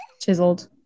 Chiseled